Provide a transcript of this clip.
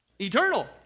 Eternal